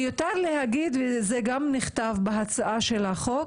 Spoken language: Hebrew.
מיותר להגיד, וזה גם נכתב בהצעה של החוק,